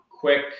Quick